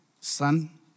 son